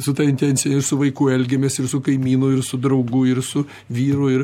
su ta intencija ir su vaiku elgiamės ir su kaimynu ir su draugu ir su vyru ir